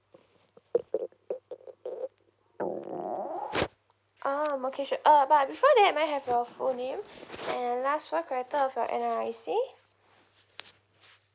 um okay sure uh but before that may I have your full name and last four character of your N_R_I_C